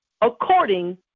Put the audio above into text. according